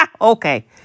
Okay